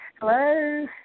Hello